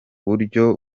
buryo